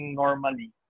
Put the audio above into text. normally